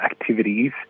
activities